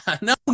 no